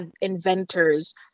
inventors